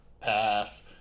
pass